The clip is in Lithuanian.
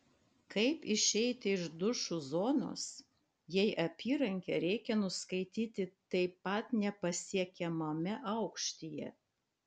kaip išeiti iš dušų zonos jei apyrankę reikia nuskaityti taip pat nepasiekiamame aukštyje